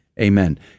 Amen